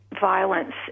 violence